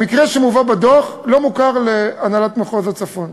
המקרה שמובא בדוח לא מוכר להנהלת מחוז הצפון,